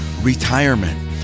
retirement